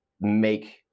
make